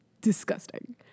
disgusting